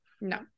No